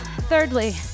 thirdly